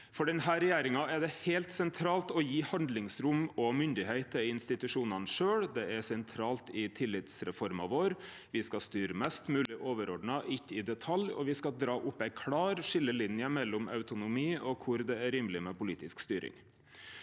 For denne regjeringa er det heilt sentralt å gje handlingsrom og myndigheit til institusjonane sjølve. Det er sentralt i tillitsreforma vår. Me skal styre mest mogleg overordna, ikkje i detalj, og me skal dra opp ei klar skillelinje mellom autonomi og der det er rimeleg med politisk styring.